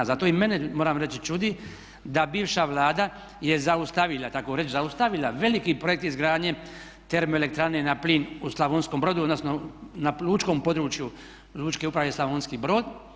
Zato i mene moram reći čudi da bivša Vlada je zaustavila tako reći zaustavila veliki projekt izgradnje termoelektrane na plin u Slavonskom Brodu odnosno na lučkom području Lučke uprave Slavonski Brod.